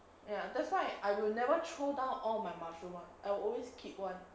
ya that's why I will never throw down all my mushrooms [one] I will always keep one